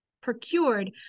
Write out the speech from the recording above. procured